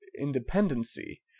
independency